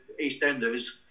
EastEnders